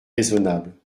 raisonnable